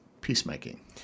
peacemaking